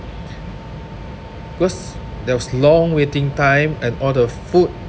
because there was long waiting time and all the food